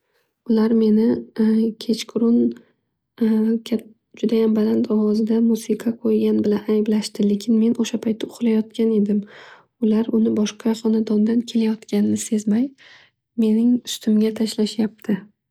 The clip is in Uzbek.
Ular meni kechqurun judayam baland ovozda musiqa qo'ygan bilan ayblashdi. Lekin men o'sha kuni uhlayotgan edim. Ular uni boshqa honadondan kelyotganini sezmay, mening ustimga tashlashyabdi.